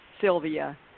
Sylvia